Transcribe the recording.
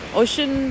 ocean